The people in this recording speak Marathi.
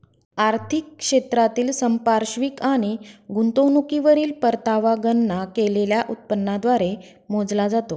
आर्थिक क्षेत्रातील संपार्श्विक आणि गुंतवणुकीवरील परतावा गणना केलेल्या उत्पन्नाद्वारे मोजला जातो